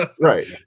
Right